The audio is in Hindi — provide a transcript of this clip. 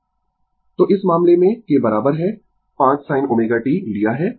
Refer Slide Time 2743 तो इस मामले में के बराबर है 5 sin ω t लिया है